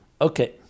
Okay